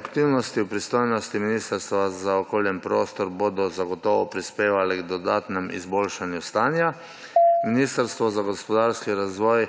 Aktivnosti v pristojnosti Ministrstva za okolje in prostor bodo zagotovo prispevali k dodatnemu izboljšanju stanja. Ministrstvu za gospodarski razvoj